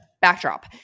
backdrop